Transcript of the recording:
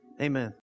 Amen